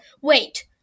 Wait